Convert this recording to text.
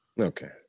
Okay